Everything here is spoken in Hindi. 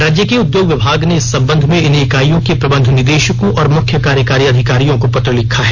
राज्य के उदयोग विभाग ने इस संबंध में इन इकाइयों के प्रबंध निदेशकों और मुख्य कार्यकारी अधिकारियों को पत्र लिखा है